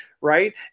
right